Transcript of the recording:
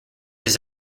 his